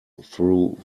through